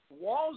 walls